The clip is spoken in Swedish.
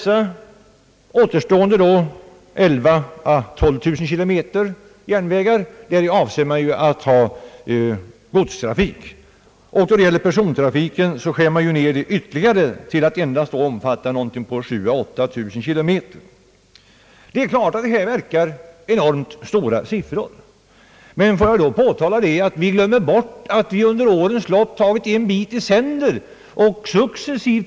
På återstående 11 000 å 12 000 km järnvägslinjer avser man att ha godstrafik, Persontrafiken skärs ned ytterligare till att endast omfatta 7 000 å 8 000 km. Detta förefaller vara enormt stora siffror. Får jag då påpeka att vi glömmer bort att man under årens lopp tagit en bit i sänder.